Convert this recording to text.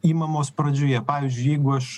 imamos pradžioje pavyzdžiui jeigu aš